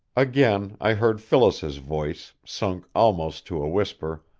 again i heard phyllis's voice, sunk almost to a whisper